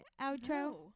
outro